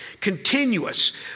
continuous